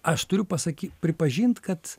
aš turiu pasaky pripažint kad